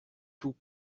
tout